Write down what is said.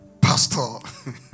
Pastor